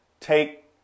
take